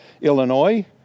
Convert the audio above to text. Illinois